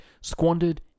squandered